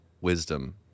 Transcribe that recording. wisdom